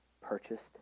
purchased